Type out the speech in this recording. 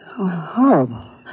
horrible